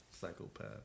psychopath